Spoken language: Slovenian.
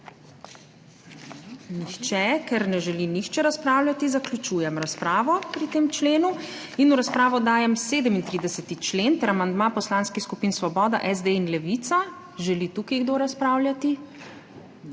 Nihče, ker ne želi razpravljati, zaključujem razpravo pri tem členu. V razpravo dajem 37. člen ter amandma Poslanskih skupin Svoboda, SD in Levica. Želi tukaj kdo razpravljati?